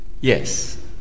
Yes